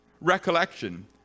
recollection